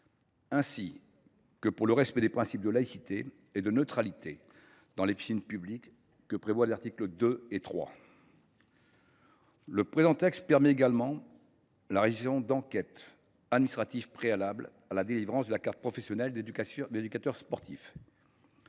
ainsi que du respect des principes de laïcité et de neutralité dans les piscines publiques, conformément aux articles 2 et 3. Le présent texte permet également la réalisation d’enquêtes administratives préalables à la délivrance de la carte professionnelle d’éducateur sportif.